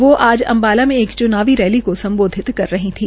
वो आज अम्बाला में एक च्नावी रैली को सम्बोधित कर रही थी